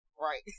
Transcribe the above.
right